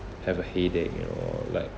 have a headache you know like